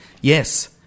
yes